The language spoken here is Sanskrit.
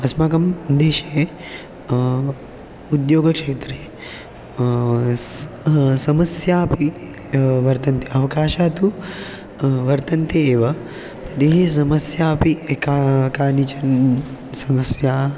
अस्माकं देशे उद्योगक्षेत्रे समस्याः अपि वर्तन्ते अवकाशाः तु वर्तन्ते एव तर्हि समस्याः अपि का कानिचन समस्या